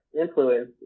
influence